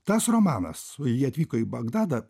tas romanas jie atvyko į bagdadą